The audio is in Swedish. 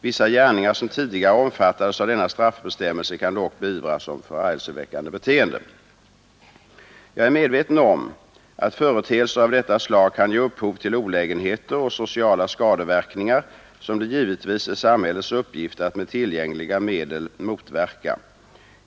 Vissa gärningar som tidigare omfattades av denna straffbestämmelse kan dock beivras som förargelseväckande beteende. Jag är medveten om att företeelser av detta slag kan ge upphov till olägenheter och sociala skadeverkningar, som det givetvis är samhällets uppgift att med tillgängliga medel motverka.